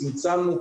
צמצמנו,